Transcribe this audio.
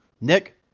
Nick